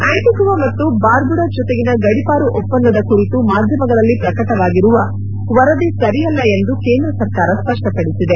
Antigua ಮತ್ತು Barbuda ಜತೆಗಿನ ಗಡಿಪಾರು ಒಪ್ಪಂದದ ಕುರಿತು ಮಾಧ್ಯಮಗಳಲ್ಲಿ ಪ್ರಕಟವಾಗಿರುವ ವರದಿ ಸರಿಯಲ್ಲ ಎಂದು ಕೇಂದ್ರ ಸರಕಾರ ಸ್ಪಷ್ಟಪಡಿಸಿದೆ